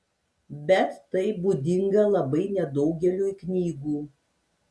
bet tai būdinga labai nedaugeliui knygų